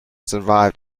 survived